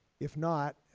if not,